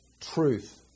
truth